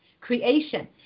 creation